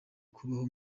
kubaho